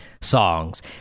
songs